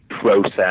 process